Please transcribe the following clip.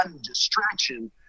distraction